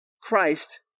Christ